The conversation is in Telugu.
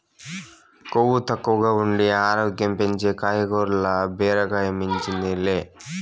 కొవ్వు తక్కువగా ఉండి ఆరోగ్యం పెంచే కాయగూరల్ల బీరకాయ మించింది లే